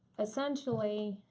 essentially,